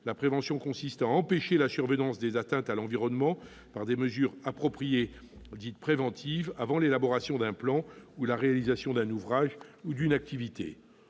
la prévention consistant à empêcher la survenance des atteintes à l'environnement par des mesures appropriées, dites « préventives », avant l'élaboration d'un plan ou la réalisation d'un ouvrage ou d'une activité.